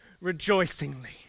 rejoicingly